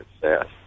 success